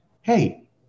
Hey